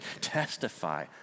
testify